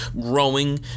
growing